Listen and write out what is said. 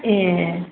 ए